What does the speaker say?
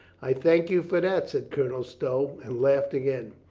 i thank you for that, said colonel stow, and laughed again.